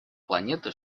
планеты